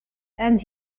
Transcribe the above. and